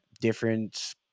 different